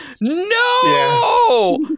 No